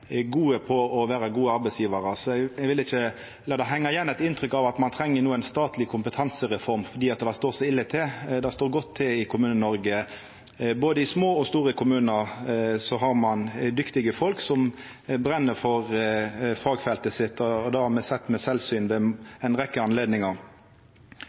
gode på å vera gode arbeidsgjevarar. Eg vil ikkje la det henga igjen eit inntrykk av at ein no treng ei statleg kompetansereform fordi det står så ille til. Det står godt til i Kommune-Noreg. I både små og store kommunar har ein dyktige folk som brenn for fagfeltet sitt, det har me sett ved sjølvsyn ved